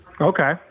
Okay